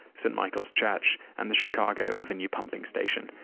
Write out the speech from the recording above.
st. michael's church, and the chicago avenue pumping station.